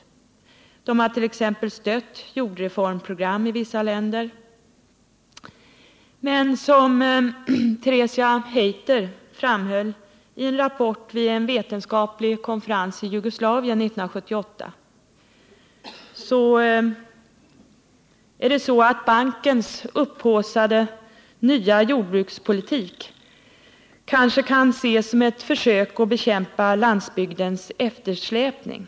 Världsbanken har t.ex. stött jordreformprogram i vissa länder. Men bankens upphaussade nya jordbrukspolitik kan, som Teresa Hayter framhöll i en rapport som redovisades vid en vetenskaplig konferens i Jugoslavien 1978,ses som ett försök att bekämpa landsbygdens eftersläpning.